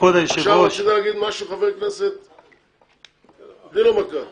כבוד היושב-ראש, הדיון מאוד חשוב לי,